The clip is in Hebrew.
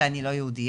שאני לא יהודייה,